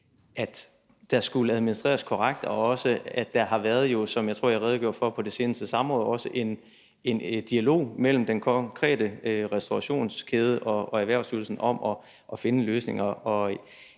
at der skulle administreres korrekt, og også, at der har været – som jeg tror jeg redegjorde for på det seneste samråd – en dialog mellem den konkrete restaurationskæde og Erhvervsstyrelsen om at finde en løsning.